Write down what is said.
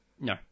No